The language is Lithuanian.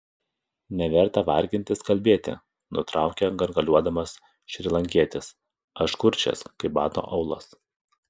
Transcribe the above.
neverta vargintis kalbėti nutraukė gargaliuodamas šrilankietis aš kurčias kaip bato aulas